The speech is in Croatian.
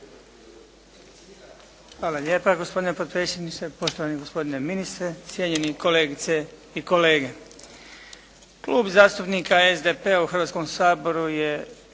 Hvala lijepa gospodine potpredsjedniče, poštovani gospodine ministre, cijenjeni kolegice i kolege. Klub zastupnika SDP-a u Hrvatskom saboru je